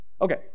Okay